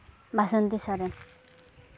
Basanti Soren